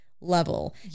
level